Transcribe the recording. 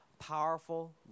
powerful